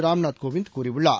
ராம்நாத் கோவிந்த் கூறியுள்ளார்